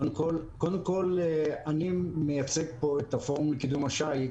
קודם כול, אני מייצג פה את הפורום לקידום השיט,